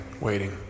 waiting